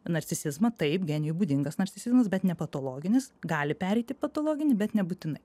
narcisizmą taip genijui būdingas narcisizmas bet nepatologinis gali pereit į patologinį bet nebūtinai